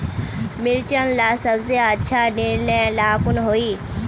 मिर्चन ला सबसे अच्छा निर्णय ला कुन होई?